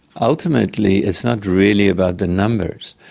ultimately it's not really about the numbers.